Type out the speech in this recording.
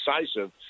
decisive